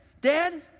Dad